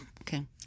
okay